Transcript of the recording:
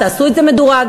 תעשו את זה מדורג,